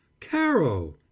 Caro